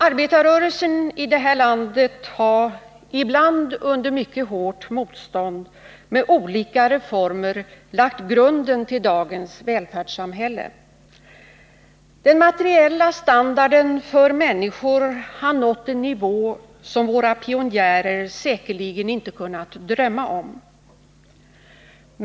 Arbetarrörelsen i vårt land har — ibland under hårt motstånd — med olika reformer lagt grunden till dagens välfärdssamhälle. Den materiella standarden för människor har nått en nivå, som våra pionjärer säkerligen inte kunnat drömma om.